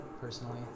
Personally